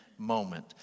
moment